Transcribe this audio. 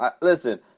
Listen